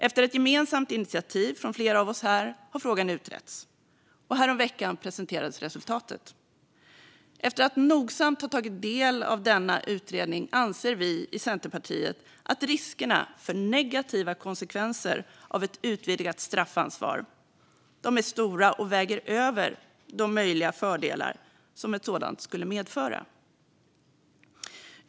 Efter ett gemensamt initiativ från flera av oss här har frågan utretts, och häromveckan presenterades resultatet. Efter att nogsamt ha tagit del av denna utredning anser vi i Centerpartiet att riskerna för negativa konsekvenser av ett utvidgat straffansvar är stora och väger över de möjliga fördelar som ett sådant skulle medföra.